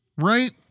Right